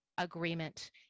Agreement